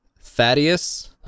Thaddeus